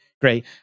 Great